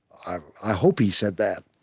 i hope he said that.